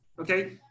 okay